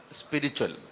spiritual